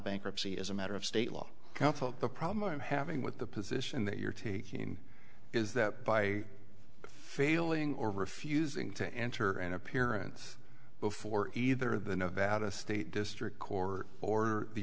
bankruptcy is a matter of state law the problem i'm having with the position that you're taking is that by failing or refusing to enter an appearance before either the nevada state district court order the